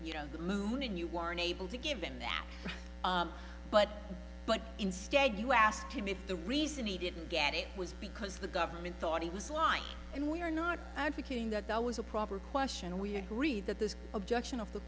you know the moon and you weren't able to give him that but but instead you asked him if the reason he didn't get it was because the government thought he was lying and we are not advocating that that was a proper question and we agree that the objection